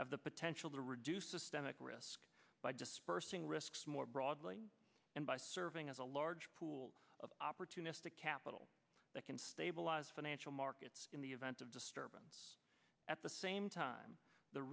have the potential to reduce systemic risk by dispersing risks more broadly and by serving as a large pool of opportunistic capital that can stabilize financial markets in the event of disturbance at the same time the